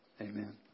Amen